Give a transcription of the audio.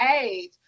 age